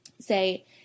say